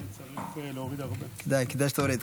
אדוני היושב-ראש, כנסת נכבדה,